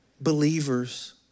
Believers